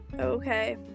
Okay